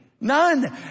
None